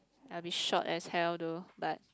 I'll be short as hell though but